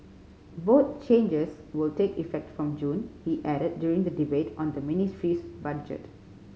both changes will take effect from June he added during the debate on the ministry's budget